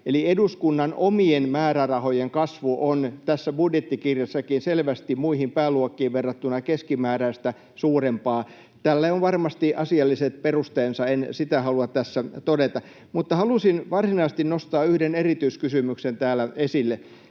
Eli eduskunnan omien määrärahojen kasvu on tässä budjettikirjassakin selvästi muihin pääluokkiin verrattuna keskimääräistä suurempaa. Tälle on varmasti asialliset perusteensa, en siitä halua tässä todeta. Mutta halusin varsinaisesti nostaa yhden erityiskysymyksen täällä esille.